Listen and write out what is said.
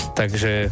takže